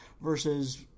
versus